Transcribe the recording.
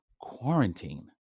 quarantine